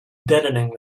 deadening